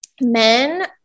men